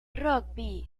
rugby